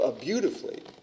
beautifully